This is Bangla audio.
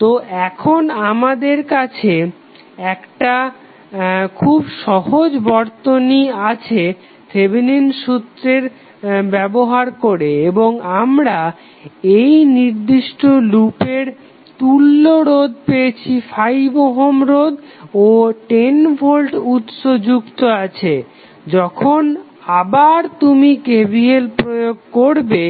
তো এখন আমাদের কাছে একটা খুব সহজ বর্তনী আছে থেভেনিনের সূত্র ব্যবহার করে এবং আমরা এই নির্দিষ্ট লুপের তুল্য রোধ পেয়েছি 5 ওহম রোধ ও 10 ভোল্ট উৎস যুক্ত আছে যখন আবার তুমি KVL প্রয়োগ করবে